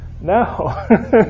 No